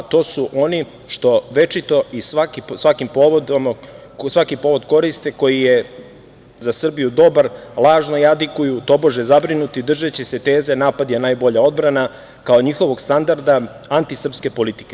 To su oni što večito i svaki povod koriste koji je za Srbiju dobar lažno jadikuju tobože zabrinuti držeći se teze – napad je najbolja odbrana kao njihovog standarda antisrpske politike.